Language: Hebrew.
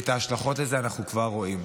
ואת ההשלכות של זה אנחנו כבר רואים.